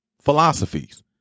philosophies